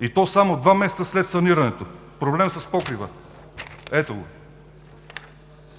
и то само два месеца след санирането - проблем с покрива (показва